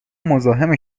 مزاحم